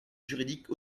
juridique